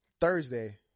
Thursday